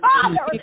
Father